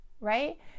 right